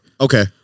Okay